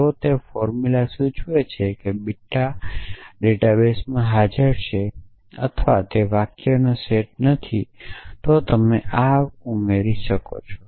જો તે ફોર્મુલા સૂચવે છે કે બીટા ડેટા બેઝમાં હાજર છે અથવા તે વાક્યોનો સેટ નથી તો તમે આ ઉમેરી શકો છો